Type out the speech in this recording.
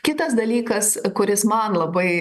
kitas dalykas kuris man labai